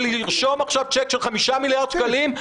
לרשום עכשיו צ'ק של 5 מיליארד שקלים,